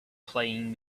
playing